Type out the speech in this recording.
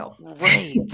Right